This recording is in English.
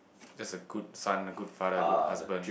just a good son good father good husband